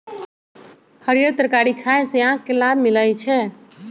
हरीयर तरकारी खाय से आँख के लाभ मिलइ छै